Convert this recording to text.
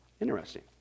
Interesting